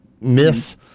miss